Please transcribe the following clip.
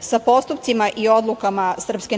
sa postupcima i odlukama SNS.